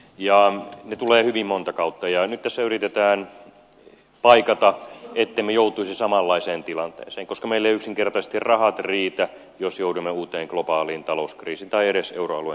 ne tulevat hyvin monta kautta ja nyt tässä yritetään paikata ettemme joutuisi samanlaiseen tilanteeseen koska meillä eivät yksinkertaisesti rahat riitä jos joudumme uuteen globaaliin talouskriisiin tai edes euroalueen kriisiin